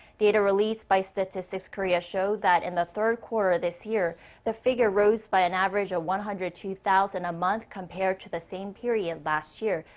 data released by statistics korea show that in the third quarter this year the figure rose by an average of one hundred and two thousand a month compared to the same period last year.